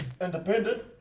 Independent